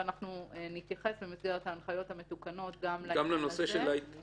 ואנחנו נתייחס במסגרת ההנחיות המתוקנות גם לעניין הזה,